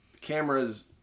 cameras